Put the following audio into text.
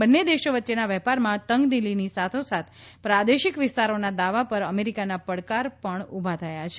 બંને દેશો વચ્ચેના વેપારમાં તંગદિલીની સાથોસાથ પ્રાદેશિક વિસ્તારોના દાવા પર અમેરિકાના પડકાર પમ ઉભા થયા છે